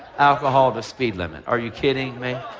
alcohol. the speed limit. are you kidding me?